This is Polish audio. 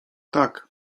tak